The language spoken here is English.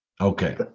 okay